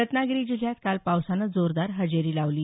रत्नागिरी जिल्ह्यात काल पावसानं जोरदार हजेरी लावली